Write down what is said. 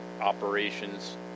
operations